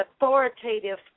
authoritative